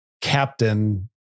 captain